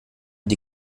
die